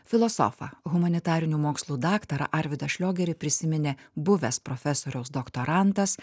filosofą humanitarinių mokslų daktarą arvydą šliogerį prisiminė buvęs profesoriaus doktorantas